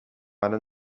الان